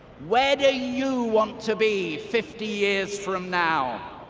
where do you want to be fifty years from now?